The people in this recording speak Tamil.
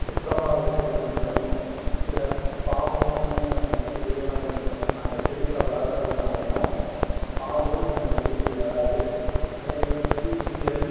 சுத்தமாக வச்சுருக்கறதுனாலையும் சில பாம்புக்குனே அந்த செடிகளெல்லாம் வச்சுருப்பாங்க அந்த செடிகளை வளர்த்தறதுனாலையும் பாம்பு நம்ம வீட்டுக்கு வராது அதேமாரி பூச்சிகள்